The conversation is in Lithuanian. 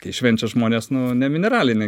kai švenčia žmonės nu ne mineralinį